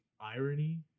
irony